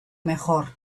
mejor